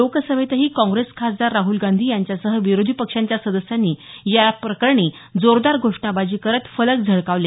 लोकसभेतही काँग्रेस खासदार राहल गांधी यांच्यासह विरोधी पक्षांच्या सदस्यांनी या प्रकरणी जोरदार घोषणाबाजी करत फलक झळकावले